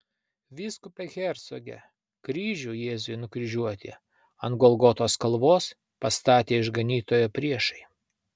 vyskupe hercoge kryžių jėzui nukryžiuoti ant golgotos kalvos pastatė išganytojo priešai